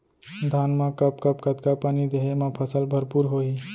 धान मा कब कब कतका पानी देहे मा फसल भरपूर होही?